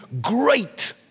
great